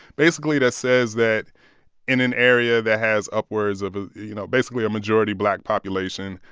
basically that says that in an area that has upwards of, ah you know, basically a majority black population,